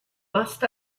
must